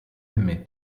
aimé